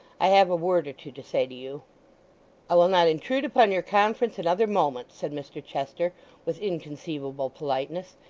i have a word or two to say to you i will not intrude upon your conference another moment said mr chester with inconceivable politeness.